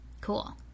Cool